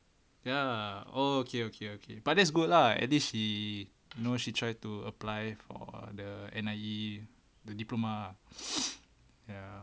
ya okay okay okay but that's good lah at least she you know she try to apply for the N_I_E the diploma ya